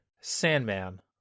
Sandman